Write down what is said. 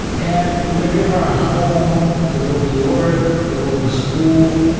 and we leave our home to go to work, to go to school,